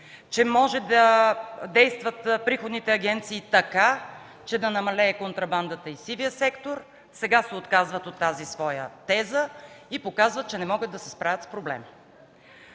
могат да действат така, че да намалят контрабандата и сивият сектор. Сега се отказват от тази своя теза и показват, че не могат да се справят с проблема.